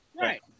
Right